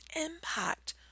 impact